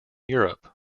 europe